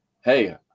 hey